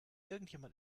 irgendjemand